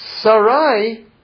Sarai